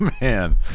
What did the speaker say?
man